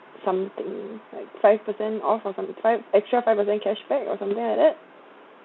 something like five per cent off or something five extra five per cent cashback or something like that